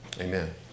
Amen